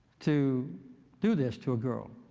to do this to a girl.